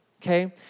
Okay